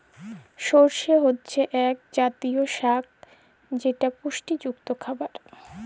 সরেল হছে ইক জাতীয় সাগ যেট পুষ্টিযুক্ত খাবার